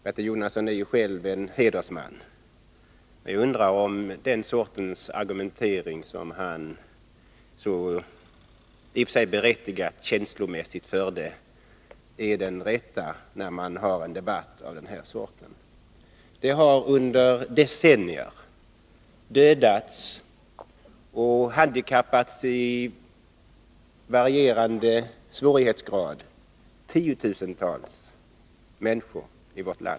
Bertil Jonasson är ju en hedersman, men jag undrar om den sorts argumentering, känslomässigt i och för sig berättigad, som han förde är den rätta i en debatt av det här slaget. Under decennier har tiotusentals människor i vårt land dödats och i varierande svårighetsgrad handikappats.